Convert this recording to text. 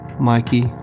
Mikey